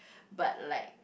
but like